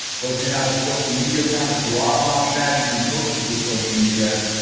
or if you have a social media account. if you are a mom and dad, you can post it to social media.